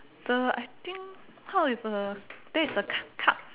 the I think how if a that is a cu~ cup